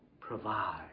provide